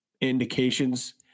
indications